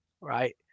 right